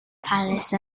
palace